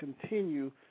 continue